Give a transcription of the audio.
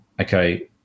okay